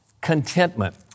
contentment